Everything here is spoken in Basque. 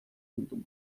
bilduma